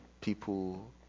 people